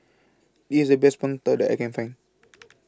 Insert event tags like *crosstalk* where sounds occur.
IS The Best Png Tao that I Can Find *noise*